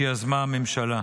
שיזמה הממשלה.